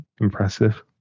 impressive